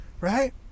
right